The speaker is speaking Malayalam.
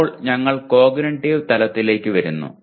ഇപ്പോൾ ഞങ്ങൾ കോഗ്നിറ്റീവ് തലത്തിലേക്ക് വരുന്നു